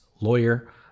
lawyer